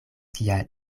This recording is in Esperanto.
kial